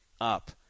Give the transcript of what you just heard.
up